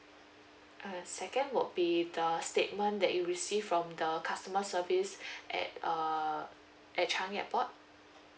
uh second will be the statement that you received from the customer service at uh at changi airport